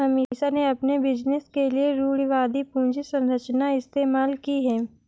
अमीषा ने अपने बिजनेस के लिए रूढ़िवादी पूंजी संरचना इस्तेमाल की है